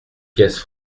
pièces